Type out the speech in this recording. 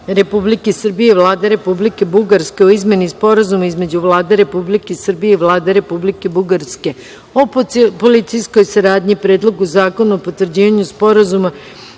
Republike Srbije i Vlade Republike Bugarske o izmeni Sporazuma između Vlade Republike Srbije i Vlade Republike Bugarske o policijskoj saradnji, Predlogu zakona o potvrđivanju Sporazuma